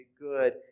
good